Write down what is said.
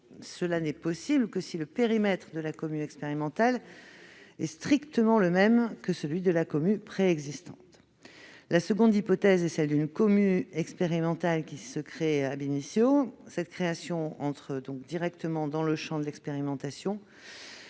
Cela n'est possible que si le périmètre de la Comue expérimentale est strictement le même que celui de la Comue préexistante. La seconde est celle d'une Comue expérimentale créée. Cette création entre directement dans le champ de l'expérimentation